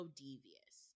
devious